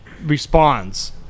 responds